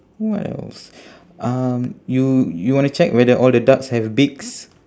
what else um you you wanna check whether all the ducks have beaks